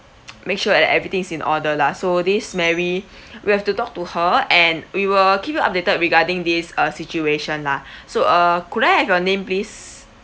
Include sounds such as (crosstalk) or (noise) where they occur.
(noise) make sure that everything is in order lah so this mary we have to talk to her and we will keep you updated regarding this uh situation lah so uh could I have your name please